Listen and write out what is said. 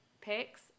picks